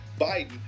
Biden